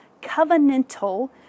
covenantal